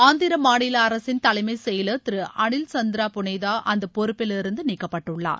ஆந்திர மாநில அரசின் தலைமைச் செயலர் திரு அனில் சந்திரா புனேதா அந்த பொறுப்பில் இருந்து நீக்கப்பட்டுள்ளார்